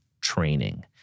training